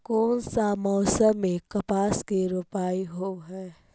कोन सा मोसम मे कपास के रोपाई होबहय?